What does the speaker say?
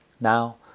Now